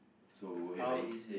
so go ahead buddy